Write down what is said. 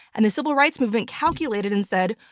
and the civil rights movement calculated and said,